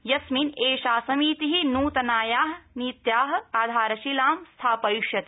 यस्मिन् एषा समिति नृतनाया नीत्या आधारशिलां स्थापयिष्यति